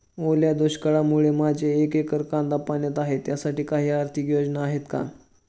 ओल्या दुष्काळामुळे माझे एक एकर कांदा पाण्यात आहे त्यासाठी काही आर्थिक योजना आहेत का?